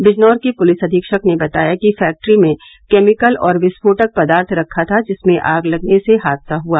बिजनौर के पुलिस अधीक्षक ने बताया कि फैक्ट्री में केमिकल और विस्फोटक पदार्थ रखा था जिसमें आग लगने से हादसा हुआ